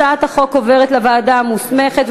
הצעת החוק עוברת לוועדה המוסמכת,